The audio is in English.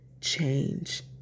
change